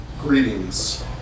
greetings